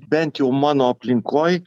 bent jau mano aplinkoj